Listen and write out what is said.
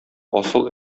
асыл